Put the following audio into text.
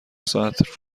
ساعت